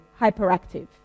hyperactive